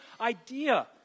idea